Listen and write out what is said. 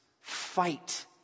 fight